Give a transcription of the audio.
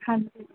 हां जी